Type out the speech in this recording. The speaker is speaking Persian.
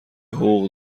حقوق